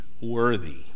worthy